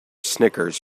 snickers